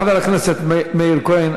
תודה לחבר הכנסת מאיר כהן.